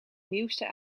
nieuwste